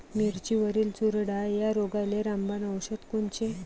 मिरचीवरील चुरडा या रोगाले रामबाण औषध कोनचे?